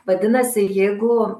vadinasi jeigu